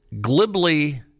glibly